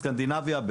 בסקנדינביה,